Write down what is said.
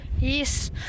yes